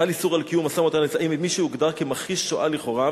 חל איסור על קיום משא-ומתן עם מי שהוגדר מכחיש השואה לכאורה.